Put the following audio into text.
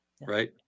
right